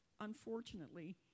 unfortunately